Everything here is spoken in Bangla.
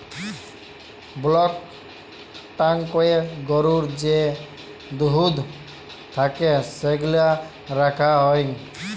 ব্লক ট্যাংকয়ে গরুর যে দুহুদ থ্যাকে সেগলা রাখা হ্যয়